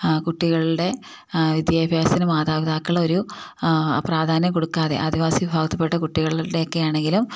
കുട്ടികളുടെ വിദ്യാഭ്യാസത്തിന് മാതാപിതാക്കൾ ഒരു ഒരു പ്രാധാന്യം കൊടുക്കാതെ ആദിവാസി വിഭാഗത്തിൽപ്പെട്ട കുട്ടികളുടെ ഒക്കെ ആണെങ്കിലും